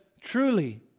truly